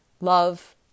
love